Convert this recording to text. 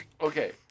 Okay